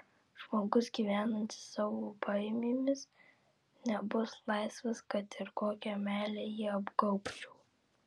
žmogus gyvenantis savo baimėmis nebus laisvas kad ir kokia meile jį apgaubčiau